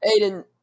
Aiden